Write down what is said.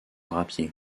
drapier